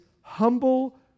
humble